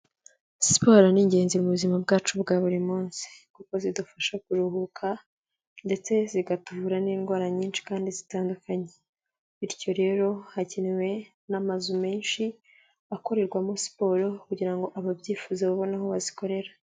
Siporo ni ingenzi mu buzima bwacu bwa buri munsi kuko zidufasha kuruhuka ndetse zigatuvura n'indwara nyinshi kandi zitandukanye, bityo rero hakenewe n'amazu menshi akorerwamo siporo kugira ngo ababyifuza babone aho bazikorera.